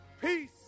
peace